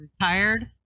retired